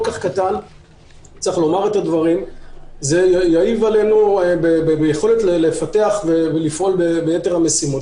כך קטן - זה יעיב עלינו ביכולת לפתח ולפעול ביתר המשימות.